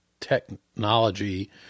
technology